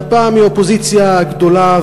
שהפעם היא אופוזיציה גדולה,